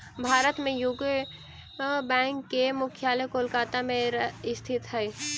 भारत में UCO bank के मुख्यालय कोलकाता में स्थित हइ